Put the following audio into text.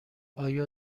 آیا